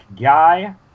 guy